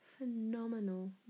Phenomenal